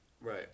right